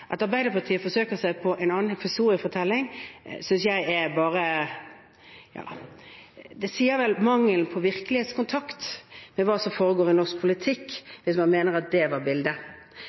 At Arbeiderpartiet forsøker seg på en annen historiefortelling, synes jeg sier noe om mangelen på virkelighetskontakt med hva som foregår i norsk politikk, hvis man mener at det var bildet.